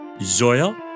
Zoya